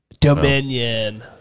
dominion